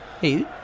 Hey